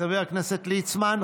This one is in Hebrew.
חבר הכנסת ליצמן,